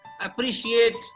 appreciate